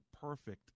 perfect